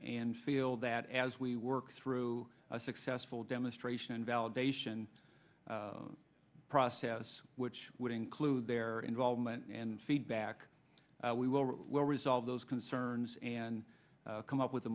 and feel that as we work through a successful demonstration and validation process which would include their involvement and feedback we will resolve those concerns and come up with a